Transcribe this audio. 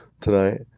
tonight